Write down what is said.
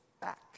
back